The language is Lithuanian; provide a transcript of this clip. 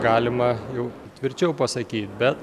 galima jau tvirčiau pasakyt bet